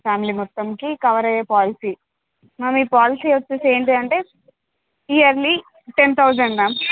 family మొత్తానికి cover అయ్యే policy మీ పాలసీ వచ్చి ఏంటంటే ఇయర్లీ టెన్ థౌసండ్ మ్యామ్